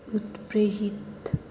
उत्प्रेरित